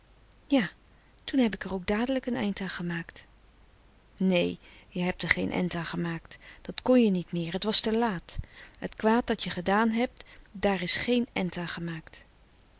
ja toen heb ik er ook dadelijk een end aan gemaakt nee je hebt er geen end aan gemaakt dat kon je niet meer het was te laat het kwaad dat je gedaan hebt daar is geen end aan gemaakt